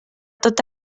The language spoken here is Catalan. tot